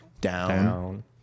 down